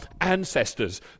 ancestors